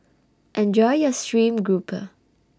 Enjoy your Stream Grouper